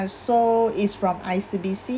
so it's from I_C_B_C